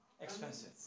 Expensive